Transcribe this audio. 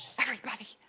everybody.